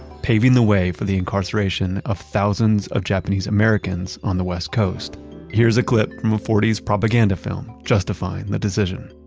paving the way for the incarceration of thousands of japanese americans on the west coast here's a clip from a forty s propaganda film justifying the decision